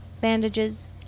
bandages